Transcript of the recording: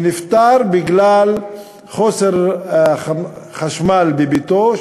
שנפטר בגלל היעדר חשמל בביתו,